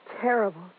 terrible